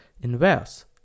inverse